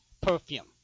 perfume